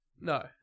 No